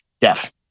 deaf